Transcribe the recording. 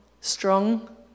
strong